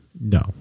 No